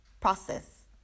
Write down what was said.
process